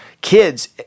kids